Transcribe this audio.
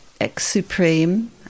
ex-Supreme